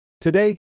Today